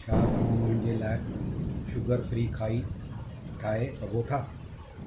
छा तव्हां मुंहिंजे लाइ शूगर फ़्री खाई ठाही सघो था